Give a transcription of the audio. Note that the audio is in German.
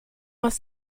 aus